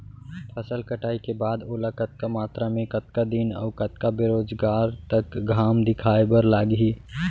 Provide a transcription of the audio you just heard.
फसल कटाई के बाद ओला कतका मात्रा मे, कतका दिन अऊ कतका बेरोजगार तक घाम दिखाए बर लागही?